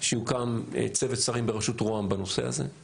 שיוקם צוות שרים בראשות רוה"מ בנושא הזה;